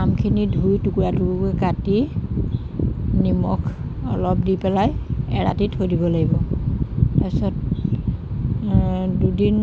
আমখিনি ধুই টুকুৰা টুকুৰকৈ কাটি নিমখ অলপ দি পেলাই এৰাতি থৈ দিব লাগিব তাৰপিছত দুদিন